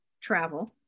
travel